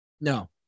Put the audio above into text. No